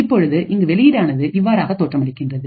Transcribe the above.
இப்பொழுது இங்கு வெளியீடானது இவ்வாறாக தோற்றமளிக்கின்றது